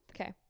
Okay